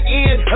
end